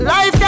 Life